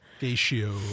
ratio